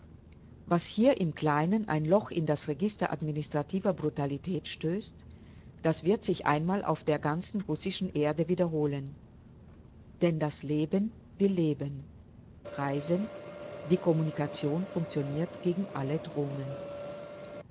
was hier im kleinen ein loch in das register administrativer brutalität stößt das wird sich einmal auf der ganzen russischen erde wiederholen denn das leben will leben reisen die kommunikation funktioniert gegen alle drohungen